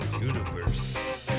universe